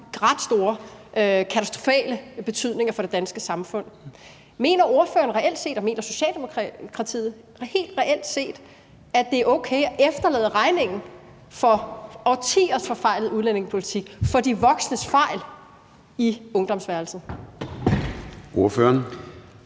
ret stor og katastrofal betydning for det danske samfund – om ordføreren og Socialdemokratiet helt reelt set mener, at det er okay at efterlade regningen for årtiers forfejlede udlændingepolitik, for de voksnes fejl, på ungdomsværelset. Kl.